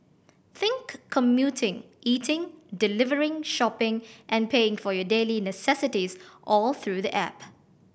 think commuting eating delivering shopping and paying for your daily necessities all through the app